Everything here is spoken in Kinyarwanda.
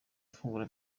afungura